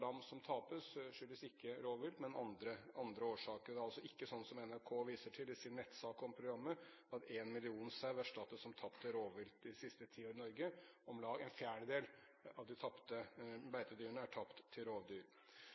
som tapes, skyldes ikke rovvilt, men har andre årsaker. Det er altså ikke slik som NRK viser til i sin nettsak om programmet, at 1 million sau erstattes som tapt til rovvilt de siste ti år i Norge. Om lag ¼ av de tapte beitedyrene er tapt til rovdyr.